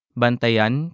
bantayan